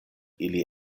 ili